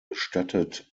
bestattet